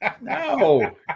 No